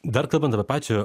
dar kalbant apie pačią